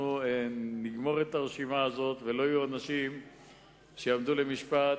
שנגמור את הרשימה הזאת ולא יהיו אנשים שיעמדו למשפט,